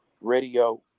radio